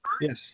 Yes